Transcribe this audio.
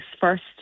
first